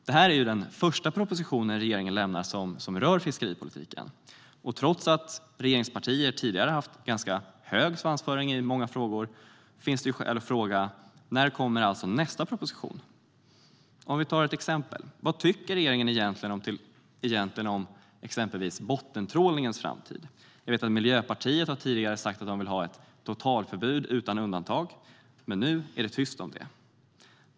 Det här är den första proposition som regeringen lämnar som rör fiskeripolitiken, trots att regeringspartierna tidigare haft ganska hög svansföring i många frågor. Det finns därför skäl att fråga: När kommer nästa proposition? Vi tar några exempel. Vad tycker regeringen egentligen om bottentrålningens framtid? Miljöpartiet har tidigare sagt att de vill ha ett totalförbud utan undantag, men nu är det tyst om det.